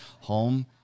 home